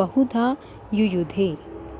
बहुधा युयुधे